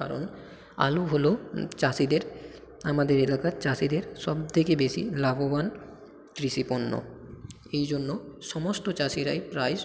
কারণ আলু হলো চাষিদের আমাদের এলাকার চাষিদের সবথেকে বেশি লাভবান কৃষি পণ্য এই জন্য সমস্ত চাষিরাই প্রায়